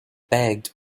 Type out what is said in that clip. begged